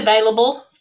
available